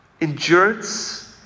endurance